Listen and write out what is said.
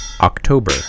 October